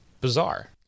bizarre